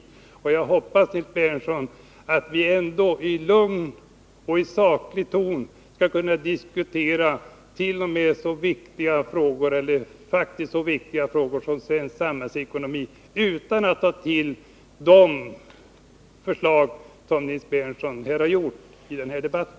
Jag hoppas, Nils Berndtson, att vi ändå i lugn och saklig ton skall kunna diskutera så viktiga frågor som svensk samhällsekonomi utan att ta till de förslag som Nils Berndtson har fört fram i den här debatten.